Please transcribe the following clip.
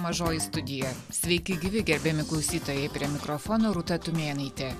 mažoji studija sveiki gyvi gerbiami klausytojai prie mikrofono rūta tumėnaitė